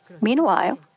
Meanwhile